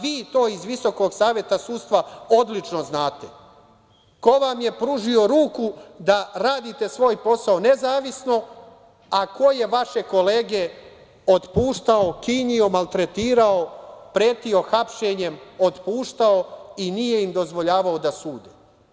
Vi, iz Visokog saveta sudstva, odlično zanate, ko vam je pružio ruku da radite svoj posao nezavisno, a ko je vaše kolege otpuštao, kinjio, pretio hapšenjem, otpuštao i nije im dozvoljavao da sude.